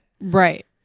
Right